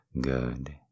good